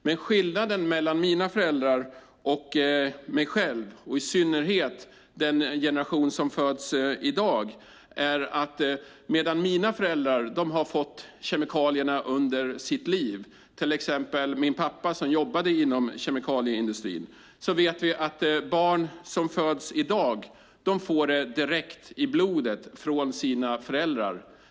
Men skillnaden mellan mina föräldrar och mig själv, och i synnerhet den generation som föds i dag, är att mina föräldrar har fått kemikalierna under sitt liv, till exempel jobbade min pappa inom kemikalieindustrin, medan barn som föds i dag får de direkt i blodet från sina föräldrar.